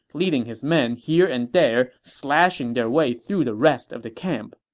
leading his men here and there, slashing their way through the rest of the camp.